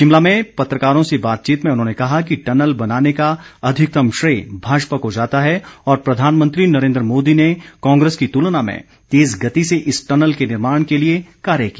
शिमला में पत्रकारों से बातचीत में उन्होंने कहा कि टनल बनाने का अधिकतम श्रेय भाजपा को जाता है और प्रधानमंत्री नरेन्द्र मोदी ने कांग्रेस की तुलना में तेज गति से इस टनल के निर्माण के लिए कार्य किया